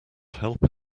help